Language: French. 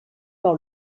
par